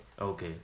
Okay